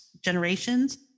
generations